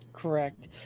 Correct